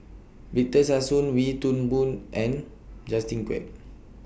Victor Sassoon Wee Toon Boon and Justin Quek